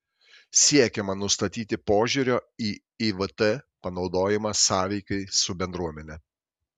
siekiama nustatyti požiūrio į ivt panaudojimą sąveikai su bendruomene